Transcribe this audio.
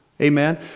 Amen